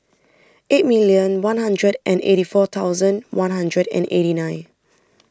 eight million one hundred and eighty four thousand one hundred and eighty nine